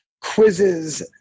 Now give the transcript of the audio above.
quizzes